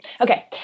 Okay